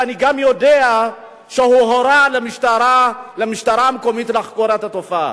אני גם יודע שהוא הורה למשטרה המקומית לחקור את התופעה.